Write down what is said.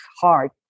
hard